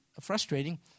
frustrating